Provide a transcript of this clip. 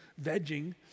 vegging